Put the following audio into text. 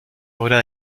obra